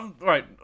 Right